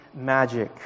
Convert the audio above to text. magic